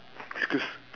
excuse